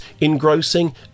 engrossing